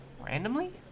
randomly